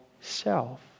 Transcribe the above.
self